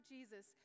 Jesus